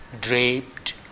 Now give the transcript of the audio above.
draped